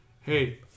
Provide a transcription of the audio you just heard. hey